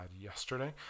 yesterday